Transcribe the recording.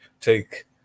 take